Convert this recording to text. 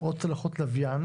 או צלחות לוויין